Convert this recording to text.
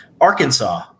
Arkansas